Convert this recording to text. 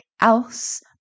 else